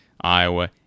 Iowa